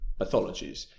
pathologies